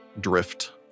drift